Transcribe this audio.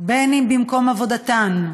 במקום עבודתן,